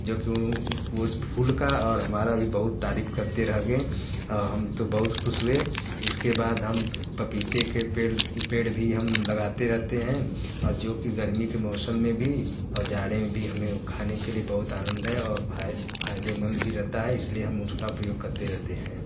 जो कि उस फूल का और हमारा भी बहुत तारीफ़ करते रह गए हम तो बहुत ख़ुश हुए उसके बाद हम पपीते के पेड़ पेड़ भी हम लगाते रहते हैं और जो कि गर्मी के मौसम में भी और जाड़े में भी हमें वो खाने के लिए बहुत आनंद है और फाय फ़ायदेमंद भी रहता है इस लिए हम उसका का प्रयोग करते रहते हैं